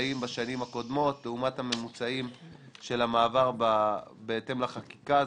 הממוצעים בשנים הקודמות לעומת הממוצעים של המעבר בהתאם לחקיקה הזו,